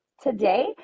Today